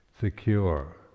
secure